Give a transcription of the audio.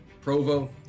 Provo